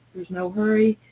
there's no hurry.